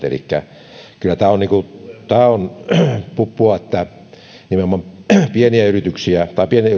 elikkä kyllä tämä on puppua että nimenomaan pienien yrityksien